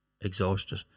exhausted